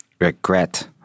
regret